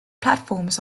platforms